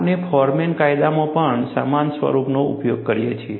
આપણે ફોરમેન કાયદામાં પણ સમાન સ્વરૂપનો ઉપયોગ કરીએ છીએ